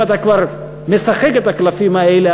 אם אתה כבר משחק בקלפים האלה,